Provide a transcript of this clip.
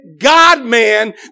God-man